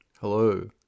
Hello